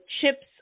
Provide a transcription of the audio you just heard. chips